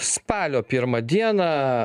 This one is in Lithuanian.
spalio pirmą dieną